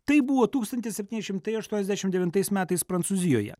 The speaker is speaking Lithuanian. taip buvo tūkstantis septyni šimtai aštuoniasdešim devintais metais prancūzijoje